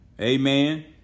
Amen